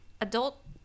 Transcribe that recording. adult